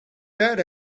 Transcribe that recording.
that